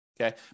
okay